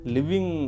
Living